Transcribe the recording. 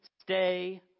stay